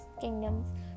kingdoms